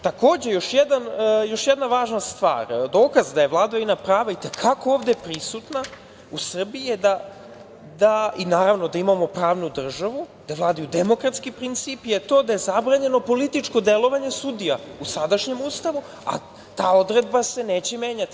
Takođe još jedna važna stvar, dokaz da je vladavina prava i te kako ovde u Srbiji prisutna i da imamo pravnu državu, da vladaju demokratski principi je to da je zabranjeno političko delovanje sudija u sadašnjem Ustavu, a ta odredba se neće menjati.